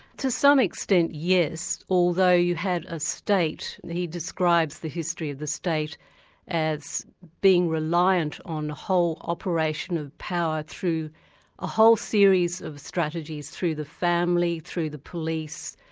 to some extent, yes. although you had a state, and he describes the history of the state as being reliant on the whole operation of power through a whole series of strategies through the family, through the police,